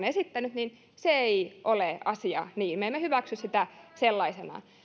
esittänyt niin asia ei ole niin me emme hyväksy sitä sellaisenaan